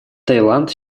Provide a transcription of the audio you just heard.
таиланд